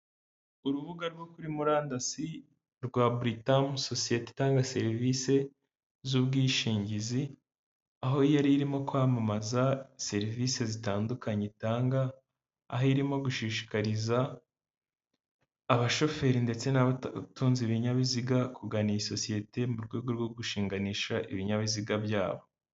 Urubuga rwo kuri murandasi rwa Britam, sosiyete itanga serivisi z'ubwishingizi. Aho yari irimo kwamamaza serivisi zitandukanye itanga, aho irimo gushishikariza abashoferi ndetse n'abatunze ibinyabiziga kugana iyi sosiyete. Mu rwego rwo gushinganisha ibinyabiziga byabo.